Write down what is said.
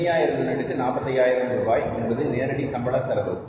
15000 யூனிட்டிற்கு 45000 ரூபாய் என்பது நேரடி சம்பள செலவு